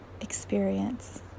experience